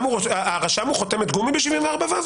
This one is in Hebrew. הרשם הוא חותמת גומי ב-74ו?